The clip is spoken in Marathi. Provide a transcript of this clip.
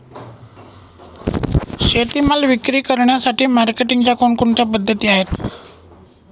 शेतीमाल विक्री करण्यासाठी मार्केटिंगच्या कोणकोणत्या पद्धती आहेत?